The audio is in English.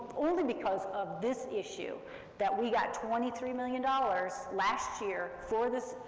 only because of this issue that we got twenty three million dollars, last year, for this,